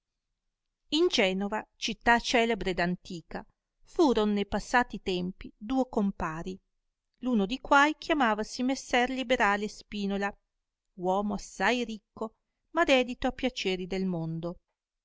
in genova città celebre ed antica furon ne passati tempi duo compari l uno di quai chiamavasi messer liberale spinola uomo assai ricco ma dedito a piaceri del mondo